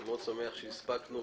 אני מאוד שמח שהספקנו,